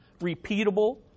repeatable